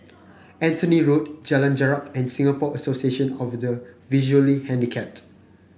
Anthony Road Jalan Jarak and Singapore Association of the Visually Handicapped